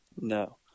No